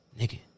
Nigga